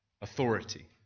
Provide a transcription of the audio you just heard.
authority